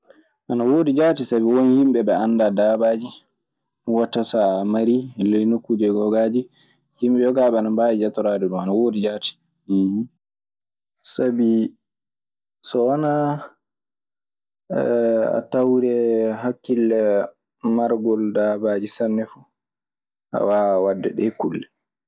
Ana woodi jaati sabi won yimɓe ɓe anndaa daabaaji ɗun waɗta. So a mari e ley nokkuuje yogaaji yimɓe woɓɓe ana mbaawi jooɗtoraaɗe ɗun. Ana woodi jaati uhum. Sabi so wanaa a tawree hakkille margol daabaaji sanne fuu, a waawaa waɗde ɗee kulle.